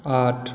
आठ